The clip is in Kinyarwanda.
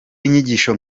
inyigisho